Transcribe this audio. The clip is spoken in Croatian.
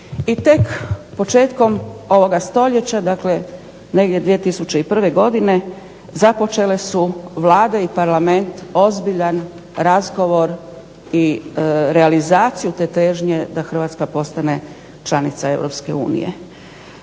i tek početkom ovoga stoljeća, dakle negdje 2001. godine započele su Vlade i Parlament ozbiljan razgovor i realizaciju te težnje da Hrvatska postane članica EU.